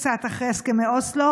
קצת אחרי הסכמי אוסלו,